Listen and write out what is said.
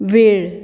वेळ